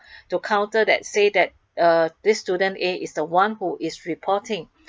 to counter that say that uh this student A is the one who reporting